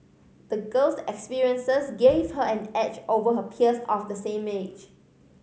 the girl's experiences gave her an edge over her peers of the same age